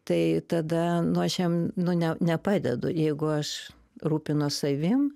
tai tada nu aš jam nu ne nepadedu jeigu aš rūpinuos savim